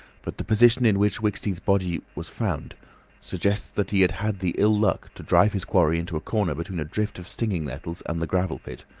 but the position in which wicksteed's body was found suggests that he had had the ill luck to drive his quarry into a corner between a drift of stinging nettles and the gravel pit.